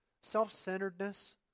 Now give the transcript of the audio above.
Self-centeredness